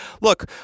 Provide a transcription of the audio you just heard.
Look